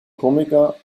komiker